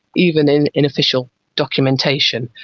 even in in official documentation.